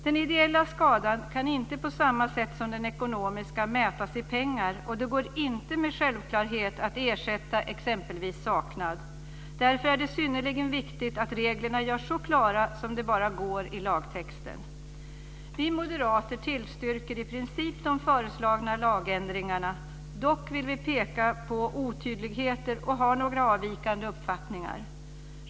Den ideella skadan kan inte på samma sätt som den ekonomiska mätas i pengar, och det går inte med självklarhet att ersätta exempelvis saknad. Därför är det synnerligen viktigt att reglerna görs så klara som det bara går i lagtexten. Vi moderater tillstyrker i princip de föreslagna lagändringarna. Dock vill vi peka på otydligheter, och vi har även några avvikande uppfattningar.